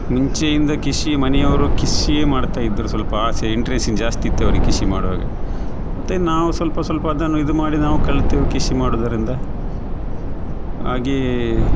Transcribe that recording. ಮುಂಚೆಯಿಂದ ಕೃಷಿ ಮನೆಯವರು ಕೃಷಿಯೇ ಮಾಡ್ತಾಯಿದ್ರು ಸ್ವಲ್ಪ ಆಸೆ ಇಂಟ್ರೇಷನ್ ಜಾಸ್ತಿ ಇತ್ತು ಅವರಿಗೆ ಕೃಷಿ ಮಾಡುವಾಗ ಮತ್ತು ನಾವು ಸ್ವಲ್ಪ ಸ್ವಲ್ಪ ಅದನ್ನು ಇದು ಮಾಡಿ ನಾವು ಕಲ್ತೇವು ಕೃಷಿ ಮಾಡೋದರಿಂದ ಹಾಗೆಯೇ